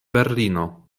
berlino